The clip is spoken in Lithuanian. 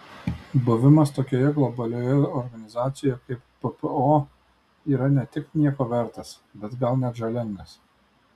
buvimas tokioje globalioje organizacijoje kaip ppo yra ne tik nieko vertas bet gal net žalingas